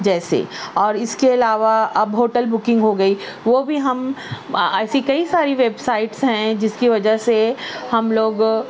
جیسے اور اس کے علاوہ اب ہوٹل بکنگ ہو گئی وہ بھی ہم ایسی کئی ساری ویب سائٹس ہیں جس کی وجہ سے ہم لوگ